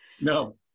No